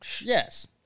Yes